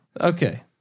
Okay